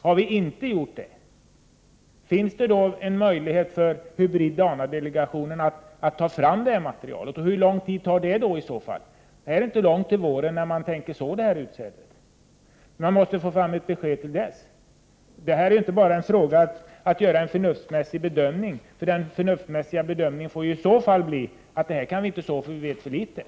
Har vi inte gjort det, finns det då en möjlighet för hybrid-DNA delegationen att ta fram detta material? Hur lång tid tar det i så fall? Det är inte lång tid kvar till våren när man tänker så detta utsäde. Man måste få fram ett besked till dess. Det är inte bara fråga om att göra en förnuftsmässig bedömning, för den förnuftsmässiga bedömningen får i så fall bli att vi inte kan så genmanipulerat utsäde därför att vi vet för litet.